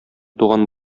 туган